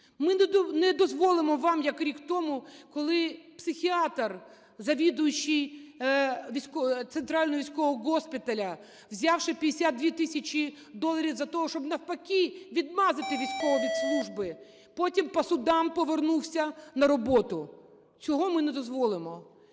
Ми не дозволимо вам, як рік тому, коли психіатр, завідуючий Центрального військового госпіталю, взявши 52 тисячі доларів за те, щоб навпаки відмазати військового від служби, потім по судам повернувся на роботу. Цього ми не дозволимо.